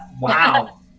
Wow